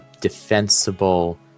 defensible